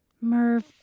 Merv